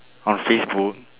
on Facebook